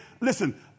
listen